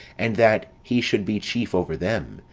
and that he should be chief over them,